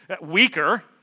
weaker